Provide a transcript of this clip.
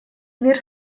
мир